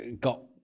got